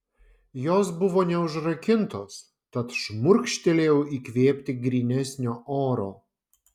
jos buvo neužrakintos tad šmurkštelėjau įkvėpti grynesnio oro